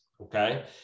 Okay